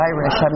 Irish